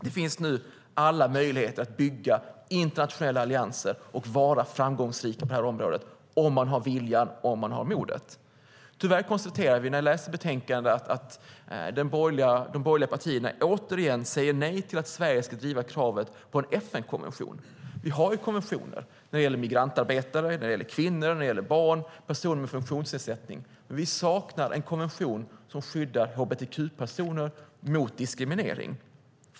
Det finns nu alla möjligheter att bygga internationella allianser och vara framgångsrik på det här området, om man har viljan, om man har modet. Tyvärr konstaterar vi när vi läser betänkandet att de borgerliga partierna återigen säger nej till att Sverige ska driva kravet på en FN-konvention. Vi har konventioner när det gäller migrantarbetare, kvinnor, barn och personer med funktionsnedsättning, men vi saknar en konvention som skyddar hbtq-personer mot diskriminering.